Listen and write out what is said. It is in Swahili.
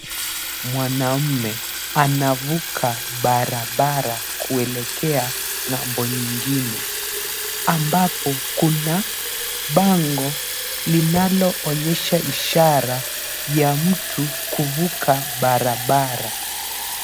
Mwanaume anavuka barabara kuelekea ng'ambo nyingine ambapo kuna bango linaloonyesha ishara ya mtu kuvuka barabara.